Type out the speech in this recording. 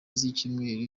z’icyumweru